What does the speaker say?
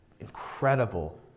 incredible